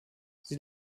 sie